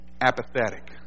apathetic